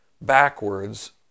backwards